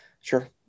sure